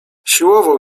siłował